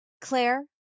claire